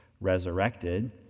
resurrected